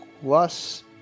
plus